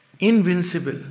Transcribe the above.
Invincible